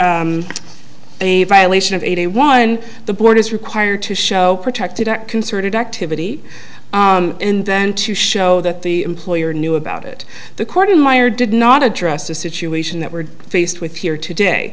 a violation of eighty one the board is required to show protected a concerted activity and then to show that the employer knew about it the court in meyer did not address the situation that we're faced with here today